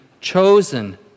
chosen